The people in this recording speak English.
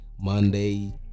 Monday